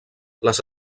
les